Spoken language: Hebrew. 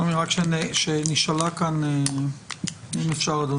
שלומי, שאלה שנשאלה כאן, אם אפשר אדוני?